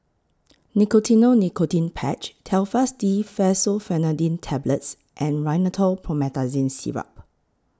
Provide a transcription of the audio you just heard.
Nicotinell Nicotine Patch Telfast D Fexofenadine Tablets and Rhinathiol Promethazine Syrup